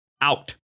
out